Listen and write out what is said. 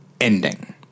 ending